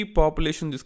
population